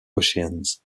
oceans